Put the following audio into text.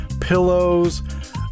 pillows